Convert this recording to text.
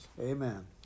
Amen